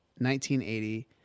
1980